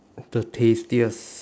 the tastiest